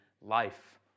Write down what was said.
life